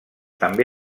també